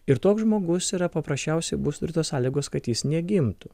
ir toks žmogus yra paprasčiausiai bus ir tos sąlygos kad jis negimtų